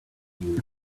you